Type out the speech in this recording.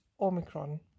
Omicron